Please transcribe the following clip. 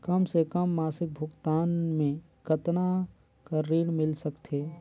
कम से कम मासिक भुगतान मे कतना कर ऋण मिल सकथे?